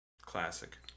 Classic